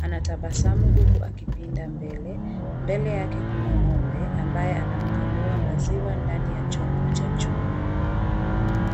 anatabasamu huku akipinda mbele, mbele yake kuna ng'ombe ambaye anamkamua maziwa ndani ya chombo cha chuma.